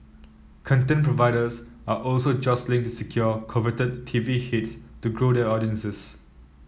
content providers are also jostling to secure coveted T V hits to grow their audiences